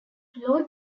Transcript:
lord